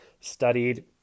studied